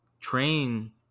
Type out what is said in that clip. train